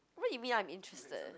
what you mean I'm interested